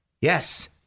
Yes